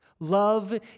Love